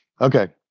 Okay